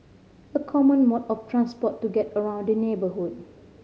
a common mode of transport to get around the neighbourhood